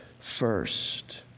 first